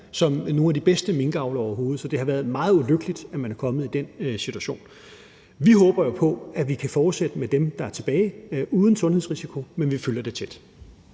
som nogle af de bedste minkavlere overhovedet. Så det har været meget ulykkeligt, at man er kommet i den situation. Vi håber jo på, at vi kan fortsætte med dem, der er tilbage, uden sundhedsrisiko, men vi følger det tæt.